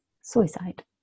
suicide